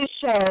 show